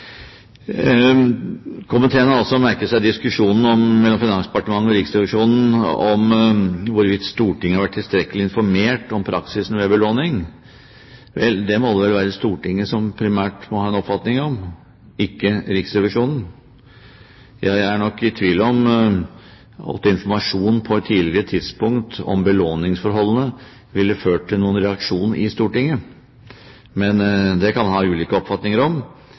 Komiteen har også merket seg diskusjonen mellom Finansdepartementet og Riksrevisjonen om hvorvidt Stortinget har vært tilstrekkelig informert om praksisen ved belåning. Vel, det må det vel være Stortinget som primært må ha en oppfatning om, ikke Riksrevisjonen. Jeg er nok i tvil om at informasjon på et tidligere tidspunkt om belåningsforholdene ville ført til noen reaksjon i Stortinget, men det kan man ha ulike oppfatninger om.